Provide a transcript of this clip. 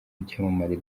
w’icyamamare